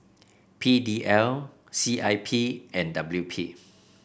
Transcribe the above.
P D L C I P and W P